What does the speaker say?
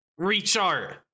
Rechart